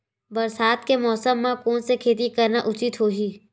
बरसात के मौसम म कोन से खेती करना उचित होही?